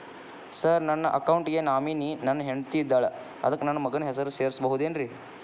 Sir ನನ್ನ account ಗೆ nominee ನನ್ನ ಹೆಂಡ್ತಿ ಇದ್ದಾಳ ಅದಕ್ಕ ನನ್ನ ಮಗನ ಹೆಸರು ಸೇರಸಬಹುದೇನ್ರಿ?